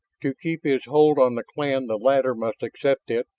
to keep his hold on the clan the latter must accept it,